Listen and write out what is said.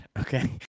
okay